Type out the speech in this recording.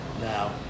now